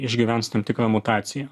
išgyvens tam tikrą mutaciją